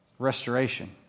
restoration